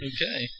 Okay